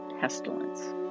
pestilence